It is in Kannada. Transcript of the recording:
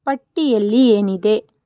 ಪಟ್ಟಿಯಲ್ಲಿ ಏನಿದೆ